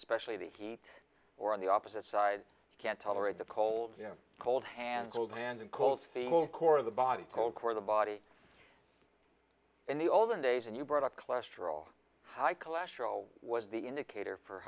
especially the heat or on the opposite side can't tolerate the cold cold hands cold hands and cold feeble core of the body cold core the body in the olden days and you brought up cholesterol high cholesterol was the indicator for